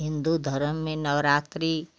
हिन्दू धर्म में नवरात्रि